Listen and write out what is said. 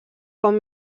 com